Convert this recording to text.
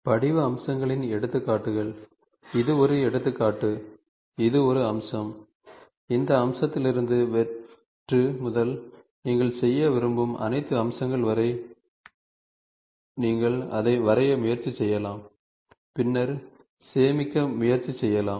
படிவ அம்சங்களின் எடுத்துக்காட்டுகள் இது ஒரு எடுத்துக்காட்டு இது ஒரு அம்சம் இந்த அம்சத்திலிருந்து வெற்று முதல் நீங்கள் செய்ய விரும்பும் அனைத்து அம்சங்கள் வரை நீங்கள் அதை வரைய முயற்சி செய்யலாம் பின்னர் சேமிக்க முயற்சி செய்யலாம்